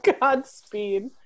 Godspeed